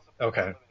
Okay